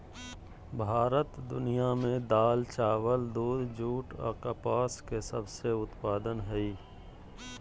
भारत दुनिया में दाल, चावल, दूध, जूट आ कपास के सबसे उत्पादन हइ